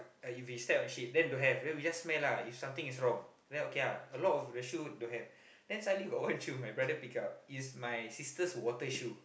uh if we stepped on shit then don't have then we just smell lah if something is wrong then okay lah a lot of the shoe don't have then suddenly got one shoe my brother pick up it's my sister's water shoe